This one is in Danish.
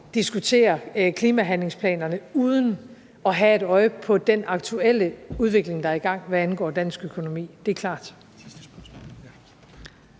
diskutere klimahandlingsplanerne uden at have et øje på den aktuelle udvikling, der er i gang, hvad angår dansk økonomi; det er klart.